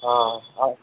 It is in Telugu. అవును